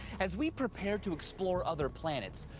as we prepare to explore other planets,